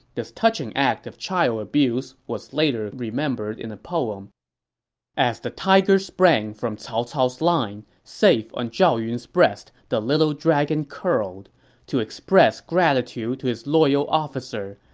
this touching act of child abuse was later remembered in a poem as the tiger sprang from cao cao's line safe on zhao yun's breast the little dragon curled to express gratitude to his loyal officer,